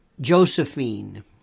Josephine